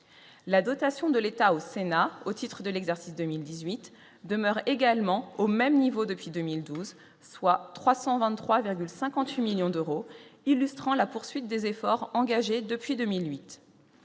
la dotation de l'État au Sénat, au titre de l'exercice 2018 demeurent également au même niveau depuis 2012 soit 323 58 millions d'euros, illustrant la poursuite des efforts engagés depuis 2008,